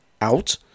out